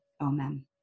Amen